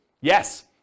Yes